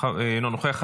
אינו נוכח.